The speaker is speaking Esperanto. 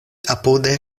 apude